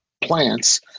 plants